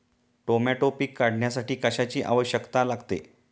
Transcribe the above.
Tomato पीक काढण्यासाठी कशाची आवश्यकता लागते?